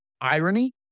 Irony